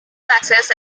success